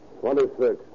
Twenty-six